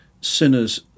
sinners